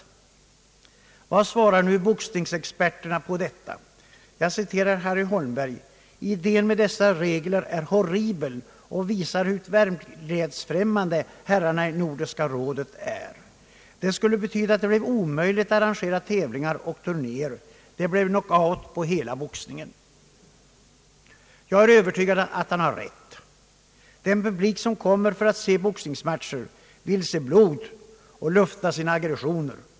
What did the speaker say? Vad svarar nu boxningsexperterna på detta? Jag citerar Harry Holmberg: »Idén med dessa regler är horribel och visar hur verklighetsfrämmande herrarna i Nordiska rådet är. Det skulle betyda att det blev omöjligt att arrangera tävlingar och turnéer. Det bleve knockout på hela boxningen.» =' Jag är övertygad om att han har rätt. Den publik som kommer för att se boxningsmatcher vill se blod och Jufta sina aggressioner.